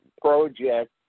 project